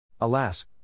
Alas